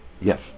Yes